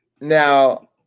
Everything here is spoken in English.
Now